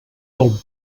del